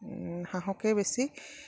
হাঁহকে বেছি